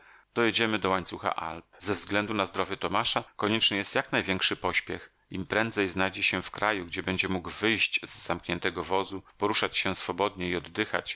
dojedziemy do łańcucha alp ze względu na zdrowie tomasza konieczny jest jak największy pośpiech im prędzej znajdzie się w kraju gdzie będzie mógł wyjść z zamkniętego wozu poruszać się swobodnie i oddychać